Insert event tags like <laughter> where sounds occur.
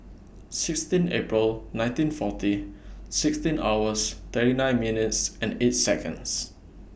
<noise> sixteen April nineteen forty sixteen hours thirty nine minutes and eight Seconds